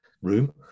Room